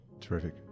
Terrific